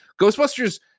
ghostbusters